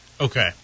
Okay